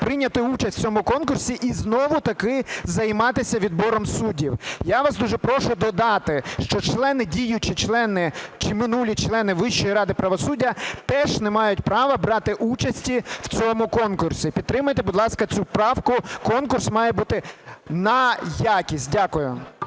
прийняти участь у цьому конкурсі і знову-таки займатися відбором суддів. Я вас дуже прошу додати, що члени, діючі члени чи минулі члени Вищої ради правосуддя теж не мають права брати участі в цьому конкурсі. Підтримайте, будь ласка, цю правку. Конкурс має бути на якість. Дякую.